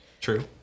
True